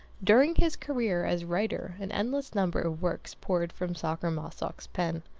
during his career as writer an endless number of works poured from sacher-masoch's pen.